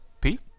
Pete